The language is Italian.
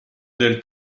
del